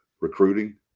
recruiting